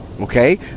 Okay